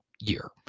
year